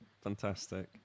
Fantastic